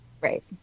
right